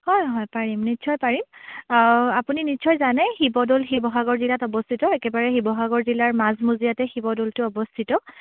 হয় হয় পাৰিম নিশ্চয় পাৰিম আপুনি নিশ্চয় জানে শিৱদ'ল শিৱসাগৰ জিলাত অৱস্থিত একেবাৰে শিৱসাগৰ জিলাৰ মাজমজিয়াতে শিৱদ'লটো অৱস্থিত